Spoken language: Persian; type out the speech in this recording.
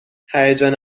هیجان